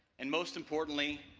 and most importantly,